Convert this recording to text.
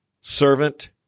servant